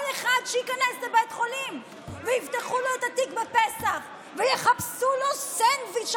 כל אחד שייכנס לבית חולים ויפתחו לו את התיק בפסח ויחפשו לו סנדוויץ',